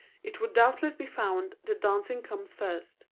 it would doubtless be found that dancing comes first.